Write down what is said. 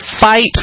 fight